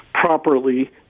properly